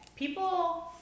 People